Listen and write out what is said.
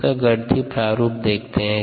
इसका गणितीय प्रारूप देखते है